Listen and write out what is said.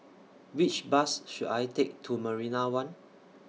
Which Bus should I Take to Marina one